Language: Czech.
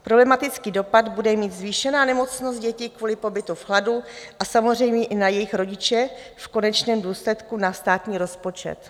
Problematický dopad bude mít zvýšená nemocnost děti kvůli pobytu v chladu samozřejmě i na jejich rodiče, v konečném důsledku na státní rozpočet.